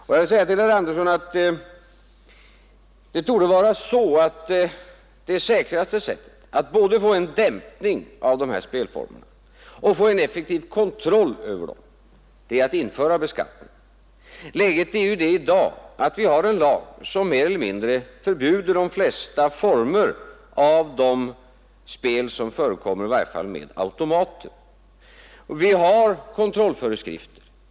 Det torde vara så, herr Andersson, att det säkraste sättet att få både en dämpning av de här spelformerna och en effektiv kontroll över dem är att införa beskattning. Läget är ju det i dag att vi har en lag som mer eller 31 mindre förbjuder de flesta former av sådant här spel som förekommer, i varje fall med automater. Vi har kontrollföreskrifter.